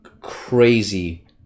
crazy